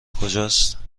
کجاست